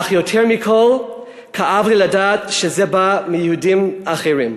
אך יותר מכול כאב לי לדעת שזה בא מיהודים אחרים.